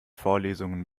vorlesungen